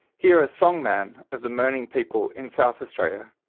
here a song man of the mirning people in south australia,